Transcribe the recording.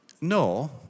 No